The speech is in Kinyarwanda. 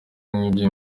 nk’ibyo